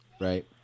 right